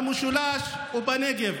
במשולש ובנגב: